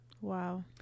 wow